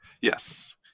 Yes